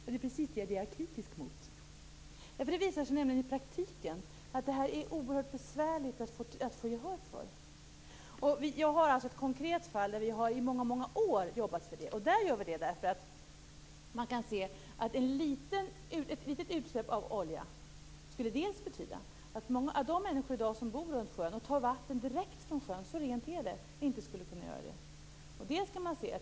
Det är precis det jag är kritisk mot. Det visar sig nämligen i praktiken att det är oerhört besvärligt att få gehör för detta. Jag har ett konkret fall där vi i många år har jobbat för detta. Vi gör det för att man kan se att ett litet utsläpp av olja skulle betyda att de människor som bor runt sjön och i dag tar vatten direkt från sjön, för så rent är det, inte längre skulle kunna göra det.